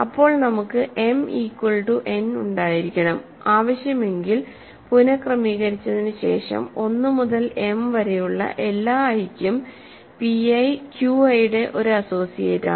അപ്പോൾ നമുക്ക് m equal to n ഉണ്ടായിരിക്കണം ആവശ്യമെങ്കിൽ പുനക്രമീകരിച്ചതിനുശേഷം 1 മുതൽ m വരെയുള്ള എല്ലാ i ക്കും pi qi യുടെ ഒരു അസോസിയേറ്റാണ്